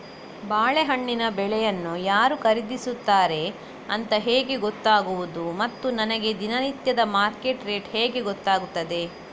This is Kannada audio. ಬಾಳೆಹಣ್ಣಿನ ಬೆಳೆಯನ್ನು ಯಾರು ಖರೀದಿಸುತ್ತಾರೆ ಅಂತ ಹೇಗೆ ಗೊತ್ತಾಗುವುದು ಮತ್ತು ನನಗೆ ದಿನನಿತ್ಯದ ಮಾರ್ಕೆಟ್ ರೇಟ್ ಹೇಗೆ ಗೊತ್ತಾಗುತ್ತದೆ?